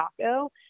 Taco